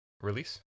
release